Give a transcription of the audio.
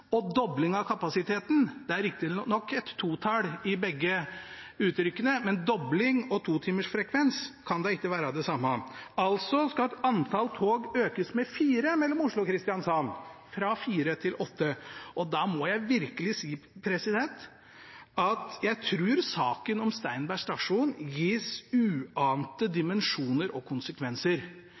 og dobling av kapasiteten – det er riktignok et totall i begge uttrykkene, men dobling og totimersfrekvens kan da ikke være det samme. Altså skal antall tog økes med fire mellom Oslo og Kristiansand, fra fire til åtte, og da må jeg virkelig si at jeg tror saken om Steinberg stasjon gis uante dimensjoner og konsekvenser.